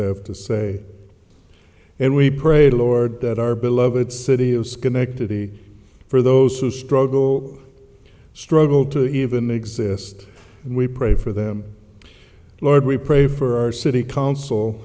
have to say and we pray lord that our beloved city of schenectady for those who struggle struggle to even exist and we pray for them lord we pray for our city council